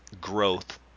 growth